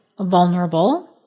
vulnerable